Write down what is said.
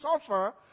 suffer